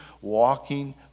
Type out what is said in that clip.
walking